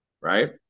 right